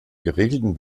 geregelten